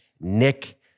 Nick